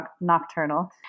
nocturnal